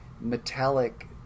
metallic